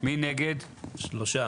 הסתייגות 55?